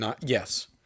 yes